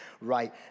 right